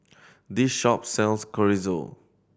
this shop sells Chorizo